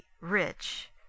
rich